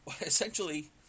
essentially